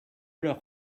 leur